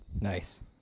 Nice